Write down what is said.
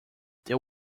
there